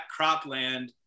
cropland